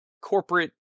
corporate